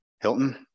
hilton